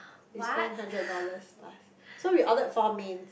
we spend hundred dollars plus so we ordered four mains